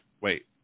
wait